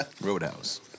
Roadhouse